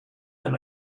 than